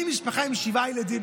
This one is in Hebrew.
אני משפחה עם שבעה ילדים,